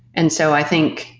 and so i think,